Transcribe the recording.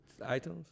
iTunes